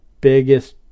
biggest